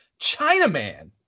Chinaman